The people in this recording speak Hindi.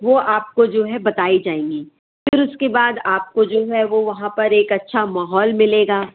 वह आपको जो है बताई जाएँगी फिर उसके बाद आपको जो है वह वहाँ पर एक अच्छा माहौल मिलेगा